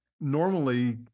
normally